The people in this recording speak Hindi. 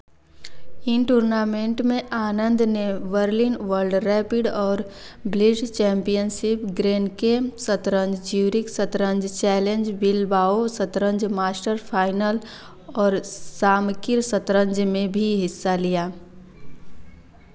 इन टूर्नामेंट में आनंद ने वर्लिन वर्ल्ड रैपिड और ब्लिट्ज़ चैंपियनसिप ग्रेन्के शतरंज ज्यूरिख़ शतरंज चैलेंज बिलबाओ शतरंज मास्टर फ़ाइनल और सामकिर शतरंज में भी हिस्सा लिया